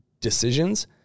decisions